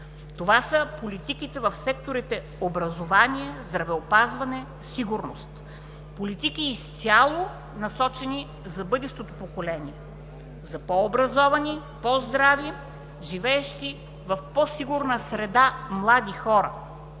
Това са политиките в секторите образование, здравеопазване, сигурност. Политики, изцяло насочени за бъдещото поколение, за по-образовани, по-здрави, живеещи в по-сигурна среда млади хора.